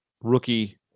rookie